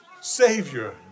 Savior